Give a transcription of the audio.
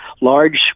large